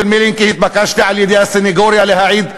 מלינקי התבקשתי על-ידי הסנגוריה להעיד,